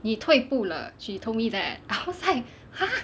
你退步了 she told me that I was like !huh!